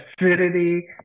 acidity